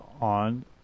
on